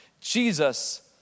Jesus